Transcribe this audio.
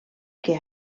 que